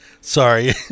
Sorry